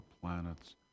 planets